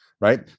right